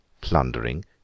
plundering